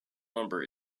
number